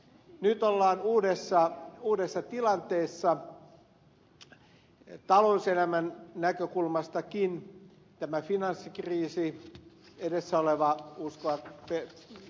nyt ollaan uudessa tilanteessa talouselämän näkökulmastakin kun on tämä finanssikriisi edessä olevaa puustoa teille